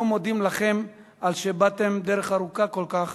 אנו מודים לכם על שבאתם דרך ארוכה כל כך